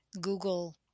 Google